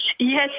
yes